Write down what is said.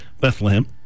Bethlehem